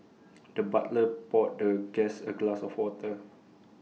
the butler poured the guest A glass of water